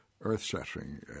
earth-shattering